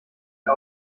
der